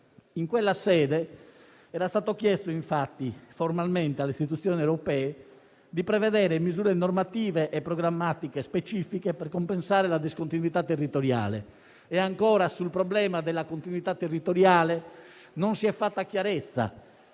In quella sede era stato chiesto formalmente alle Istituzioni europee di prevedere misure normative e programmatiche specifiche per compensare la discontinuità territoriale. E, ancora, sul problema della continuità territoriale non si è fatta chiarezza.